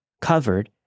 covered